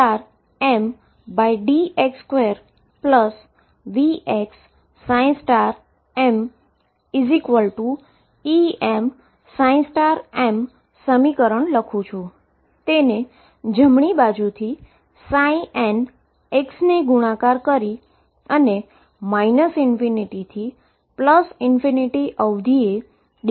તેને જમણી બાજુથી nx ને મલ્ટીપ્લીકેશન કરી અને ∞ થી લીમીટએ dx પર થી ઈન્ટીગ્રેશન કરવાનું છે